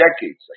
decades